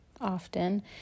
often